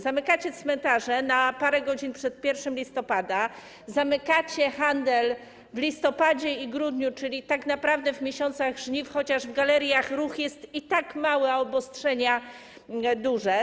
Zamykacie cmentarze na parę godzin przed 1 listopada, zamykacie handel w listopadzie i grudniu, czyli tak naprawdę w miesiącach żniw, chociaż w galeriach ruch jest i tak mały, a obostrzenia są duże.